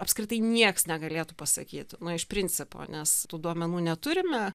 apskritai nieks negalėtų pasakyt nu iš principo nes tų duomenų neturime